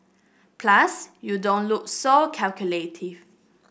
plus you don't look so calculative